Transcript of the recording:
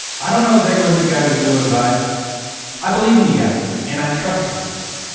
i don't know exactly what you guys are doing but i believe in you guys and i trust you guys.